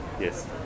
yes